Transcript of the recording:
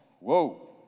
Whoa